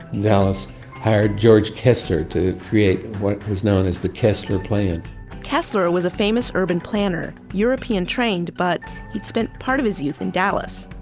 dallas hired george kessler to create what was known as the kessler plan kessler was a famous urban planner, european-trained, but he'd spent part of his youth in dallas.